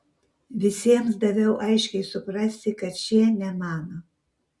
visiems daviau aiškiai suprasti kad šie ne mano